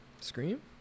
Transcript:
Scream